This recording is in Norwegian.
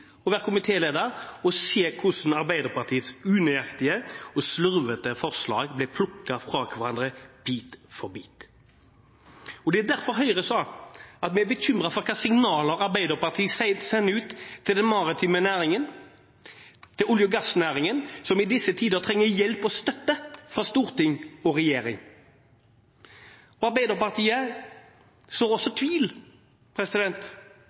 være komitéleder og se hvordan Arbeiderpartiets unøyaktige og slurvete forslag ble plukket fra hverandre, bit for bit. Det er derfor vi i Høyre sa at vi er bekymret for hvilke signaler Arbeiderpartiet sender ut til den maritime næringen og til olje- og gassnæringen, som i disse tider trenger hjelp og støtte fra storting og regjering. Arbeiderpartiet sår også